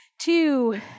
two